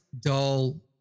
dull